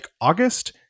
August